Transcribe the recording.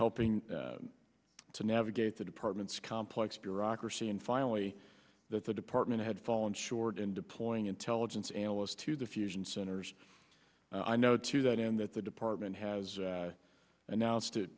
helping to navigate the department's complex bureaucracy and finally that the department had fallen short in deploying intelligence analysts to the fusion centers i know to that end that the department has announced it